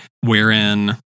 wherein